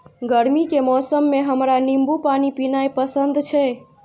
गर्मी के मौसम मे हमरा नींबू पानी पीनाइ पसंद छै